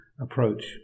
approach